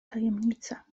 tajemnica